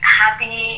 happy